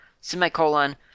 semicolon